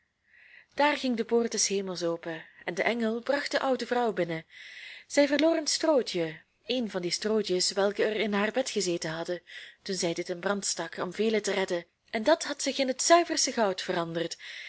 daar ging de poort des hemels open en de engel bracht de oude vrouw binnen zij verloor een strootje een van die strootjes welke er in haar bed gezeten hadden toen zij dit in brand stak om velen te redden en dat had zich in het zuiverste goud veranderd